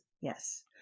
yes